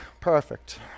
Perfect